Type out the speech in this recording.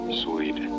sweet